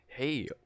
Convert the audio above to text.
hey